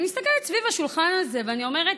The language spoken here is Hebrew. אני מסתכלת סביב השולחן הזה ואני אומרת,